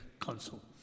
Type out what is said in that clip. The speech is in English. Council